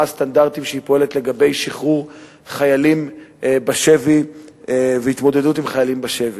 הסטנדרטים שבהם היא פועלת לגבי שחרור חיילים בשבי והתמודדות עם מציאות